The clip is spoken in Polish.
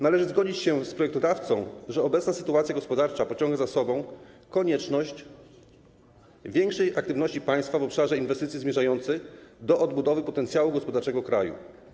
Należy zgodzić się z projektodawcą, że obecna sytuacja gospodarcza pociąga za sobą konieczność większej aktywności państwa w obszarze inwestycji zmierzających do odbudowy potencjału gospodarczego kraju.